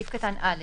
3א. (א)